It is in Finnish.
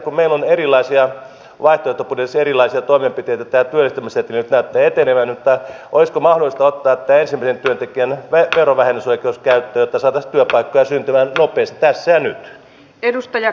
nyt on erilaisia laitteita myös erilaiset toimenpiteet ja löytämisen myötä etenevän mutta olisiko mahdollista ottaa pesivien tekemä vertailu vähennysoikeus käy työtasot jotka esiintyvät opit aika ylitetty